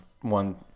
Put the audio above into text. one